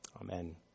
Amen